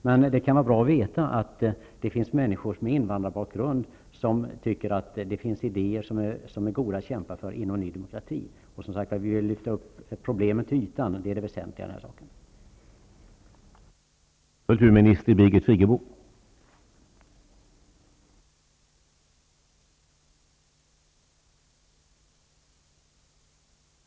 Men det kan vara bra att veta att det finns människor med invandrarbakgrund som tycker att det finns idéer som är värda att kämpa för inom Ny Demokrati. Vi vill lyfta upp problemen till ytan -- det är det väsentliga i den här saken.